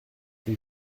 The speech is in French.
une